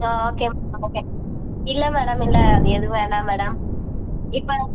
ஆ okay madam okay இல்லை madam இல்லை அது எதுவும் வேணாம் மேடம் இப்போ